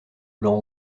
blanc